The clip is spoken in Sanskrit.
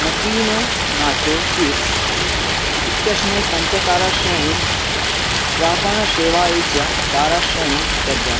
मकीनो नाचो चीप्स् इत्यस्मै पञ्चताराश्रेणीं प्रापणसेवायै च ताराश्रेणीं दद्यात्